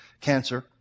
cancer